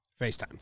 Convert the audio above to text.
FaceTime